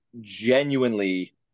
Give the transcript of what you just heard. genuinely